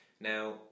Now